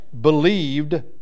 believed